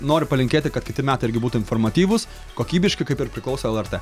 noriu palinkėti kad kiti metai irgi būtų informatyvūs kokybiški kaip ir priklauso lrt